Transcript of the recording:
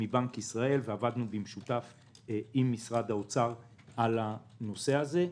מבנק ישראל ועבדנו במשותף עם משרד האוצר על הנושא הזה.